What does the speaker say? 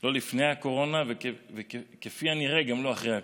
לא לפני הקורונה וכפי הנראה גם לא אחרי הקורונה.